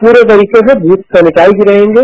पूरी तरीके से बूथ सेनेटाइज रहेंगें